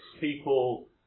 People